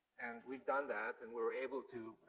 and we've done that and we were able to,